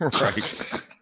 Right